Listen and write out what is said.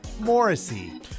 Morrissey